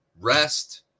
Rest